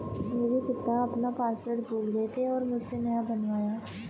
मेरे पिता अपना पासवर्ड भूल गए थे और मुझसे नया बनवाया